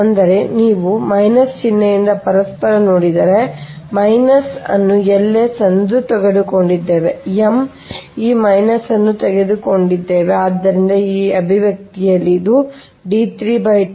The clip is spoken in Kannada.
ಅಂದರೆ ಇಲ್ಲಿ ನೀವು ಮೈನಸ್ ಚಿಹ್ನೆಯಿಂದ ಪರಸ್ಪರ ನೋಡಿದರೆ ಈ ಮೈನಸ್ ನಾವು L s ಅನ್ನು ತೆಗೆದುಕೊಂಡಿದ್ದೇವೆ M ಈ ಮೈನಸ್ ನಾವು ತೆಗೆದುಕೊಂಡಿದ್ದೇವೆ ಆದ್ದರಿಂದ ಈ ಅಭಿವ್ಯಕ್ತಿಯಲ್ಲಿ ಅದು d3 t2 ⅔